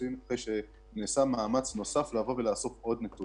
אחרי שנעשה מאמץ נוסף לאסוף עוד נתונים.